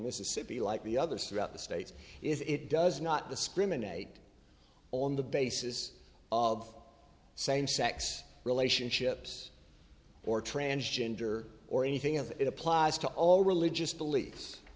mississippi like the others throughout the states is it does not discriminate on the basis of same sex relationships or transgender or anything of it applies to all religious beliefs